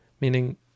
meaning